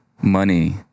money